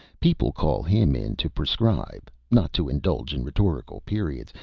people call him in to prescribe, not to indulge in rhetorical periods,